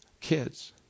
kids